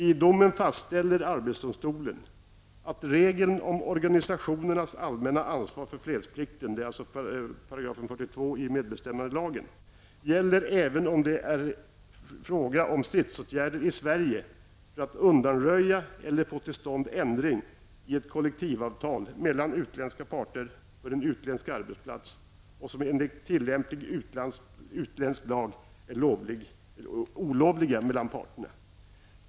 I domen fastställer arbetsdomstolen att regeln om organisationernas allmänna ansvar för fredsplikten -- det är alltså 42 § i medbestämmandelagen -- gäller även om det är fråga om stridsåtgärder i Sverige för att undanröja eller få till stånd ändring i ett kollektivavtal mellan utländska parter för en utländsk arbetsplats, stridsåtgärder som enligt tillämplig utländsk lag är olovliga mellan parterna.